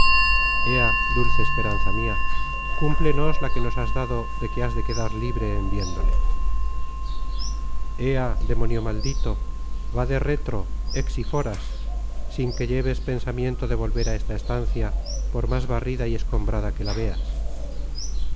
ea dulce esperanza mia cúmplenos la que nos has dado de que has de quedar libre en viéndole ea demonio maldito vade retr exi foras sin que lleves pensamiento de volver á esta estancia por más barrida y escombrada que la veas